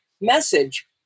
message